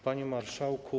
Panie Marszałku!